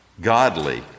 godly